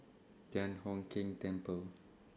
Thian Hock Keng Temple